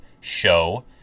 show